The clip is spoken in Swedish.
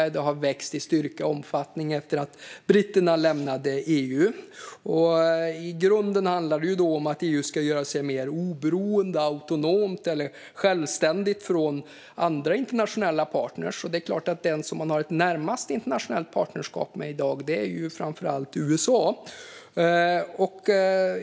Det har växt i styrka och omfattning efter att britterna lämnade EU. I grunden handlar det om att EU ska göra sig mer oberoende och autonom i förhållande till andra internationella partner. Det är klart att den som man har närmast internationellt partnerskap med i dag är framför allt USA.